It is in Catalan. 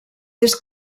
des